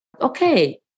Okay